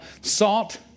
salt